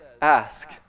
ask